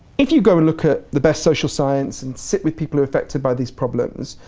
if you go look at the best social science and sit with people affected by these problems,